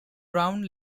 round